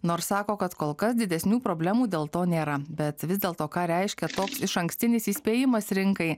nors sako kad kol kas didesnių problemų dėl to nėra bet vis dėlto ką reiškia toks išankstinis įspėjimas rinkai